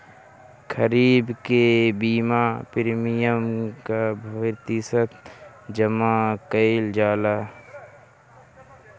खरीफ के बीमा प्रमिएम क प्रतिशत जमा कयील जाला?